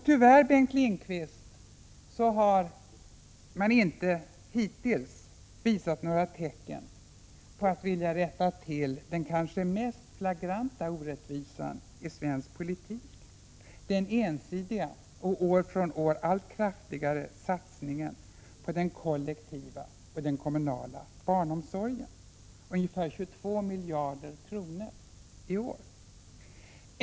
Tyvärr, Bengt Lindqvist, har man hittills inte visat något tecken på att vilja rätta till den kanske mest flagranta orättvisan i svensk politik, nämligen den ensidiga och år efter år allt kraftigare satsningen på den kollektiva och den kommunala barnomsorgen — ungefär 22 miljarder kronor i år.